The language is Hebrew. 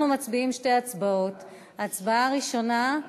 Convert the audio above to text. אנחנו מצביעים שתי הצבעות: ההצבעה הראשונה,